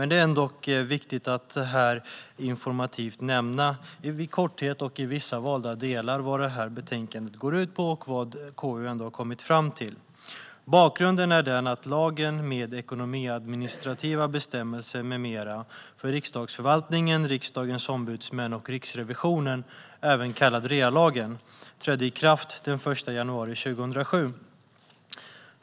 Det är dock ändå viktigt att i informativt syfte nämna i korthet och i vissa valda delar vad detta betänkande går ut på och vad KU har kommit fram till. Bakgrunden är att lagen med ekonomiadministrativa bestämmelser m.m. för Riksdagsförvaltningen, Riksdagens ombudsmän och Riksrevisionen, även kallad REA-lagen, trädde i kraft den 1 januari 2007.